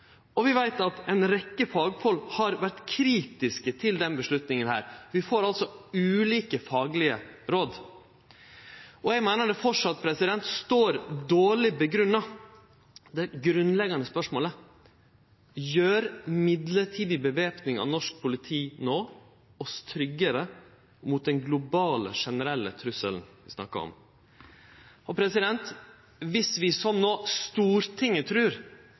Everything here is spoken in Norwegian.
og vi veit at ei rekkje fagfolk har vore kritiske til beslutninga. Vi får altså ulike faglege råd. Eg meiner det grunnleggjande spørsmålet framleis står dårleg grunngjeve: Gjer mellombels væpning av norsk politi oss no tryggare mot den globale, generelle trusselen vi snakkar om? Dersom Stortinget trur